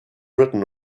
written